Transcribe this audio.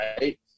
right